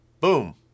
Boom